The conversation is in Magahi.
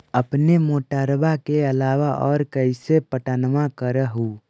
अपने मोटरबा के अलाबा और कैसे पट्टनमा कर हू?